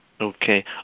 Okay